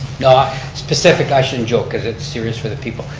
ah specific, i shouldn't joke cause it's serious for the people.